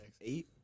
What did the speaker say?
Eight